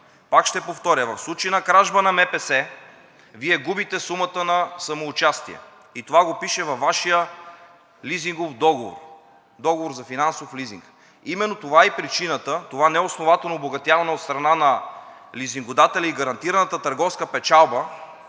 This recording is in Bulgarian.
Пак ще повторя, в случай на кражба на МПС Вие губите сумата на самоучастие, и това го пише във Вашия лизингов договор – договор за финансов лизинг. Именно това е и причината – това неоснователно обогатяване от страна на лизингодателя и гарантираната търговска печалба,